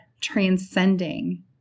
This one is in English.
transcending